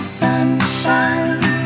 sunshine